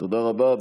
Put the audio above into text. תודה רבה.